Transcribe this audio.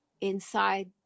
inside